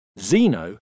Zeno